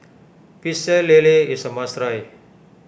Pecel Lele is a must try